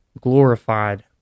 glorified